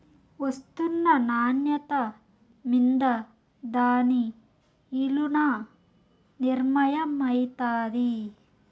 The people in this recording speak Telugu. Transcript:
ఒస్తున్న నాన్యత మింద దాని ఇలున నిర్మయమైతాది